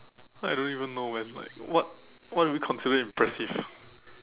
I don't even know man like what what do we consider impressive